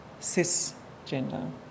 cisgender